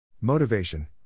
Motivation